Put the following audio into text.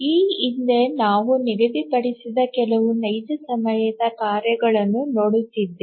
ಈ ಹಿಂದೆ ನಾವು ಕ್ರಮಾವಳಿಗಳನ್ನು ನಿಗದಿಪಡಿಸುವ ಕೆಲವು ನೈಜ ಸಮಯದ ಕಾರ್ಯ ಗಳನ್ನು ನೋಡುತ್ತಿದ್ದೇವೆ